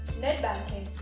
netbanking,